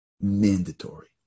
mandatory